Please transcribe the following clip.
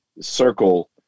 circle